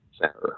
center